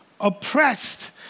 oppressed